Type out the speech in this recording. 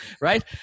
Right